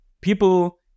People